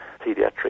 pediatric